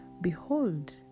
Behold